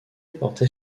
portait